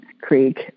Creek